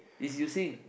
is you sing